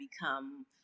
become